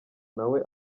nawe